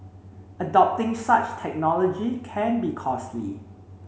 adopting such technology can be costly